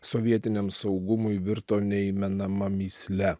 sovietiniam saugumui virto neįmenama mįsle